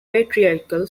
patriarchal